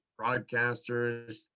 broadcasters